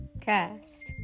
Cast